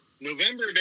November